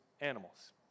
animals